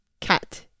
cat